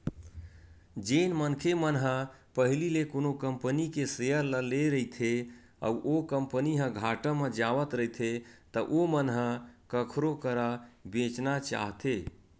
जेन मनखे मन ह पहिली ले कोनो कंपनी के सेयर ल लेए रहिथे अउ ओ कंपनी ह घाटा म जावत रहिथे त ओमन ह कखरो करा बेंचना चाहथे